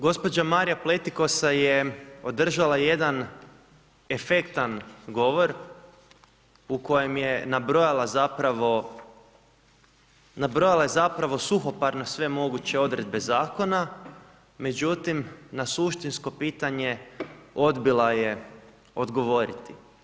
gđa. Marija Pletikosa je održavala jedan efektan govor u kojem je nabrojala zapravo, nabrojala je zapravo suhoparne sve moguće odredbe zakona, međutim, na suštinsko pitanje odbila je odgovoriti.